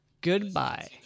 Goodbye